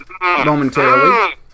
momentarily